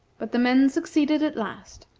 but the men succeeded at last,